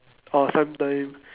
or sometimes